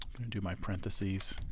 do my parentheses,